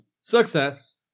Success